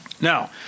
Now